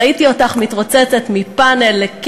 כי